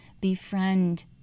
Befriend